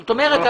זאת אומרת,